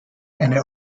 eine